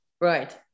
Right